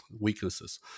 weaknesses